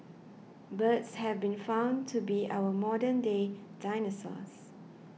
birds have been found to be our modern day dinosaurs